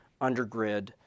undergrid